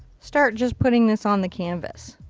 start just putting this on the canvas.